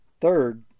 Third